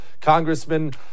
Congressman